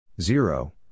Zero